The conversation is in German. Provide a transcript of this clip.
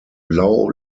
blau